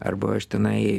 arba aš tenai